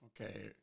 Okay